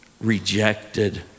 rejected